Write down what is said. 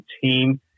team